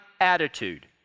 attitude